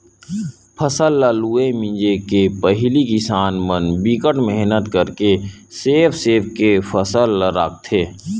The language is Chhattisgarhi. फसल ल लूए मिजे के पहिली किसान मन बिकट मेहनत करके सेव सेव के फसल ल राखथे